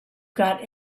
got